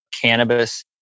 cannabis